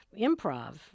improv